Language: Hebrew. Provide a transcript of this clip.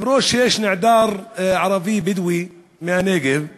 למרות שיש נעדר ערבי-בדואי מהנגב.